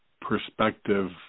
perspective